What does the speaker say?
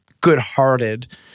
good-hearted